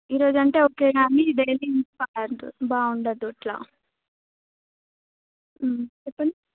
ఈరోజంటే okay కానీ daily బాగుండదు ఇట్లా చెప్పండి